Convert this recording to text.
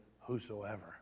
whosoever